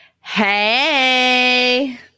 Hey